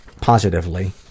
positively